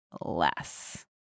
less